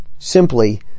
Simply